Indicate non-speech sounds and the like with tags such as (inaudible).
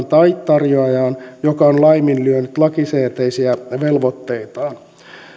(unintelligible) tai tarjoajan joka on laiminlyönyt lakisääteisiä velvoitteitaan